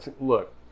Look